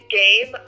game